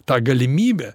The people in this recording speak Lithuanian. tą galimybę